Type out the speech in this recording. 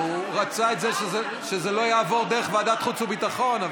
הוא רצה שזה לא יעבור דרך ועדת החוץ והביטחון,